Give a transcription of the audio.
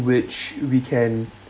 which we can